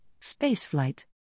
spaceflight